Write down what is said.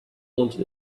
wanted